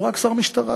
הוא רק שר המשטרה,